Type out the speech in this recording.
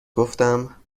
گفتم